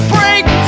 Break